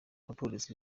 abapolisi